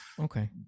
okay